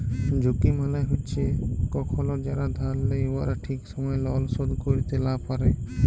ঝুঁকি মালে হছে কখল যারা ধার লেই উয়ারা ঠিক সময়ে লল শোধ ক্যইরতে লা পারে